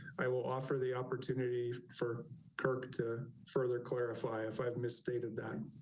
i will offer the opportunity for kirk to further clarify if i've missed stated that